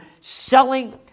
selling